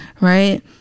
right